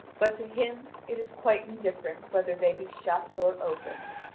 but to him it is quite indifferent whether they be shut or opened.